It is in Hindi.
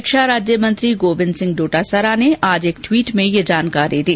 शिक्षा राज्य मंत्री गोविंद सिंह डोटासरा ने आज एक ट्वीट में ये जानकारी दी